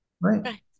Right